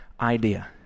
idea